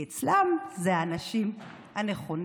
כי אצלם זה האנשים הנכונים.